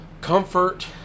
Comfort